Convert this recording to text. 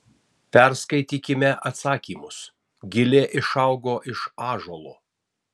perskaitykime atsakymus gilė išaugo iš ąžuolo